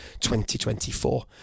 2024